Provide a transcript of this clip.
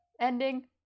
ending